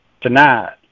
tonight